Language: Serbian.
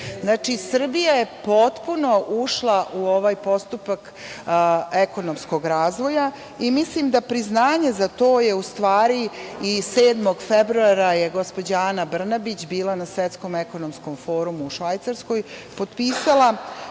godini. Srbija je potpuno ušla u ovaj postupak ekonomskog razvoja i mislim da je priznanje za to i 7. februara je gospođa Ana Brnabić bila na Svetskom ekonomskom forumu u Švajcarskoj, potpisala